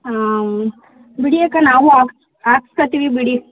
ಹಾಂ ಬಿಡಿ ಅಕ್ಕ ನಾವು ಹಾಕಿಸ್ಕೊತೀವಿ ಬಿಡಿ